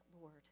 Lord